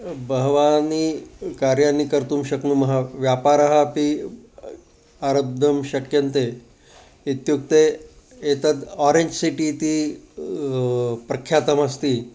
बहूनि कार्याणि कर्तुं शक्नुमः व्यापारः अपि आरब्धुं शक्यन्ते इत्युक्ते एतद् आरेञ्ज् सिटि इति व् प्रख्यातमस्ति